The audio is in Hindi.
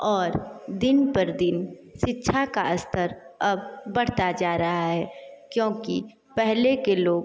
और दिन पर दिन शिक्षा का स्तर अब बढ़ता जा रहा है क्योंकि पहले के लोग